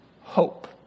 hope